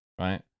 right